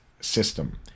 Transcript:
system